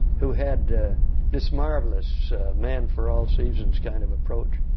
who had this marvelous man for all seasons kind of approach.